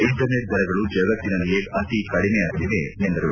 internet ದರಗಳು ಜಗತ್ತಿನಲ್ಲಿಯೇ ಅತಿಕಡಿಮೆಯಾಗಲಿದೆ ಎಂದರು